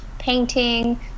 painting